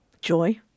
Joy